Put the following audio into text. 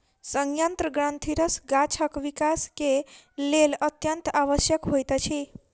सयंत्र ग्रंथिरस गाछक विकास के लेल अत्यंत आवश्यक होइत अछि